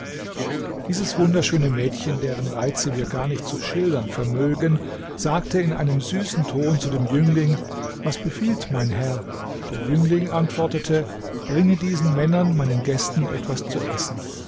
dieses wunderschöne mädchen deren reize wir gar nicht zu schildern vermögen sagte in einem süßen ton zu dem jüngling was befiehlt mein herr der jüngling antwortete bringe diesen männern meinen gästen etwas zu essen